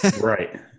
Right